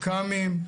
מכ"מים,